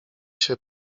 się